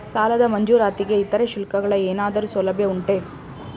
ಸಾಲದ ಮಂಜೂರಾತಿಗೆ ಇತರೆ ಶುಲ್ಕಗಳ ಏನಾದರೂ ಸೌಲಭ್ಯ ಉಂಟೆ?